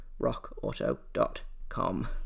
rockauto.com